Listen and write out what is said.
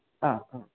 ആ ആ